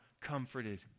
comforted